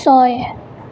ছয়